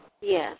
Yes